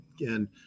again